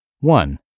One